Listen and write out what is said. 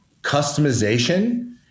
customization